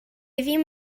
ddim